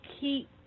Keep